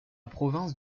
province